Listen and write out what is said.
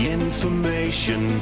information